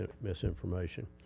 misinformation